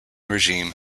regime